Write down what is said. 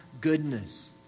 goodness